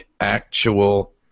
actual